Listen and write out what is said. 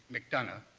mcdonough,